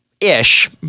ish